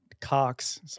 Cox